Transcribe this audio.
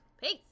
Peace